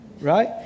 right